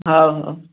ହେଉ ହେଉ